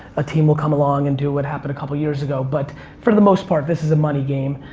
a team will come along and do what happened a couple of years ago, but for the most part, this is a money game,